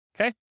okay